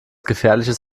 gefährliches